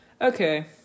Okay